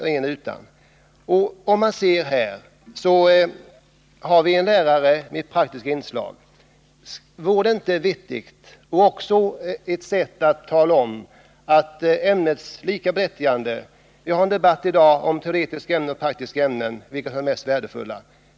Vi har alltså lärare med praktiska inslag i undervisningen. Att låta dessa utbilda sig till lärare i teknik — vore det inte vettigt .och också ett sätt att tala om att ämnena är likaberättigade? Det förs i dag en debatt om vilka ämnen som är mest värdefulla — teoretiska eller praktiska.